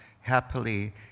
happily